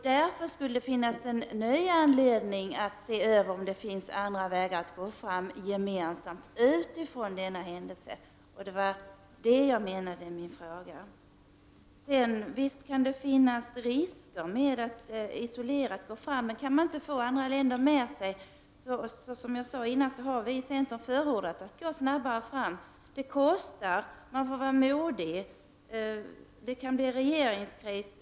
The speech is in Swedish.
Därför finns det en ny anledning att undersöka om det finns andra vägar att gå fram gemensamt utifrån denna händelse. Det var vad jag avsåg med min fråga. Visst kan det finnas risker med att gå fram isolerat, men om man inte kan få andra länder med sig har vi — som jag tidigare sade — i centern förordat att man skall gå snabbare fram. Det kostar på, man måste vara modig och det kan bli regeringskris, men det är viktigt att föra frågan framåt.